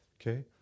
okay